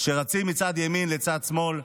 שרצים מצד ימין לצד שמאל,